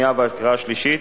לקריאה שנייה ולקריאה שלישית.